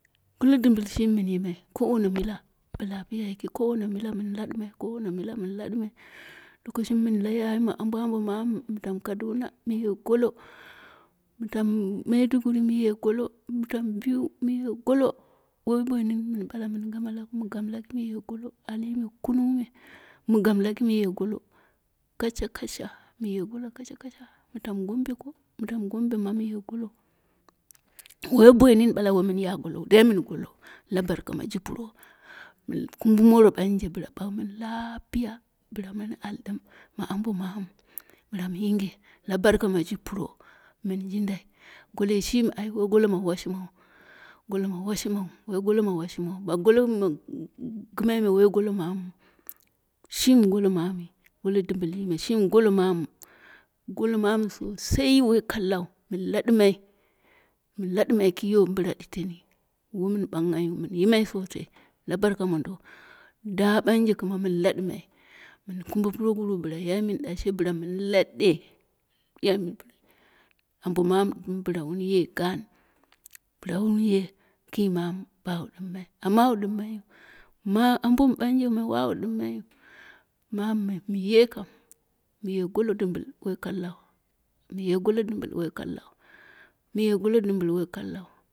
Golo ɗɨmbɨl shimi mɨn yimai kowone mila bo lapiya yiki kowane mila mɨn laɗɨmai kowane mila mɨn laɗɨmai, lokoshimi mɨn la yayi ma ambo ambo mamu mɨ tamu kaduna mɨye golo mɨ tam maiduguri mɨye golo mɨ tam biu, mɨye golo woi bonini ɓala woi mɨn gamau mɨ gam laki mɨye golo alii me kunung me mɨ gam laki mɨye golo, kashakasha mɨye golo kashakasha, mɨ tam gombe ko? Mɨ tam gombe mɨye golo, woi boini niu ɓala woi mɨn ya golou dai mɨn golo la barka maji puro. Mɨn kumbumoro ɓanje bɨla ɓak mɨni lapiya, bɨla mu yinge la barka ma ji puro, mɨn jindai goloi shimi ai, woi golo ma washi mai, golo ma washimau, woi golo ma washimau, ɓag golo ma gɨmaine woi golo mauu shimi golo mamu, golo ɗimbɨlme shini golo mamu, golo mamu sosai woi kallau mɨn laɗɨmai, mɨn laɗɨmai ki yomu ɓila ɗeteni, woi mɨn ɓanghayiu mɨn yimai sosai la barka mondo da ɓanje mɨn laumai mɨn kumbe puroguruwu biti yai mini ɗarshe bɨla mꞌ lada, yan, ambo mamu ɗɨm ɓila wunye gaan, bɨla wun ye ki manu, bawu ɗɨmmai amm wawu ɗɨmmaiyu, ma ambo mɨ ɓanje wawu ɗɨmmaiyiu mamu kam mɨye golo ɗɨmbulu, wol kallau, mɨye golo ɗɨm bɨl woi kakau. Mɨye golo ɗɨmbi woi kallau